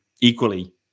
equally